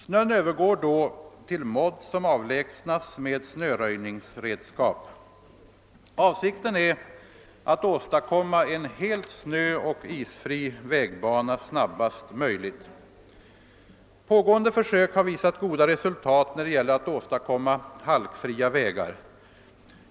Snön övergår då till modd som avlägsnas med snöröjningsredskap. Avsikten är att åstadkomma en helt snöoch isfri vägbana snabbast möjligt. Pågående försök har visat goda resultat när det gäller att åstadkomma halkfria vägar.